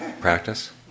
practice